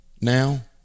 now